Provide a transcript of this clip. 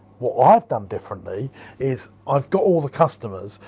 what i've done differently is i've got all the customers,